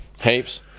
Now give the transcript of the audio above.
heaps